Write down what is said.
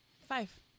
Five